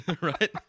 Right